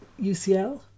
UCL